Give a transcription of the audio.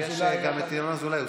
ינון אזולאי.